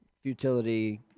futility